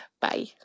Bye